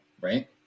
right